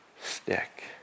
stick